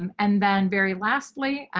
um and then very. lastly,